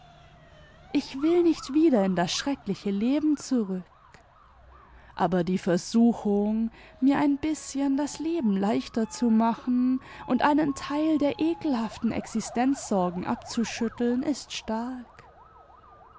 ich will nicht wieder in das schreckliche leben zurück aber die versuchung mir ein bißchen das leben leichter zu machen und einen teil der ekelhaften existenzsorgen abzuschütteln ist stark